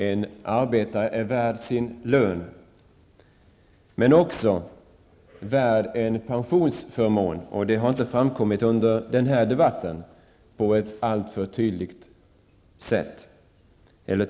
En arbetare är värd sin lön, men också värd en pensionsförmån, vilket inte har framkommit tillräckligt tydligt under den här debatten.